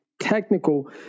technical